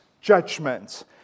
judgment